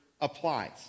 applies